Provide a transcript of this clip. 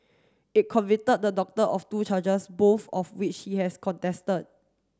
it convicted the doctor of two charges both of which he has contested